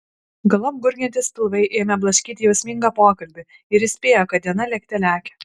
galop gurgiantys pilvai ėmė blaškyti jausmingą pokalbį ir įspėjo kad diena lėkte lekia